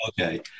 Okay